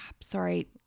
sorry